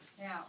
Now